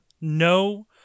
no